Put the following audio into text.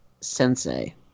sensei